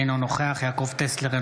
אינו נוכח יעקב טסלר,